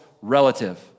relative